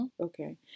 Okay